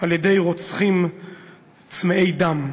על-ידי רוצחים צמאי דם.